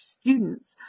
students